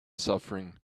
suffering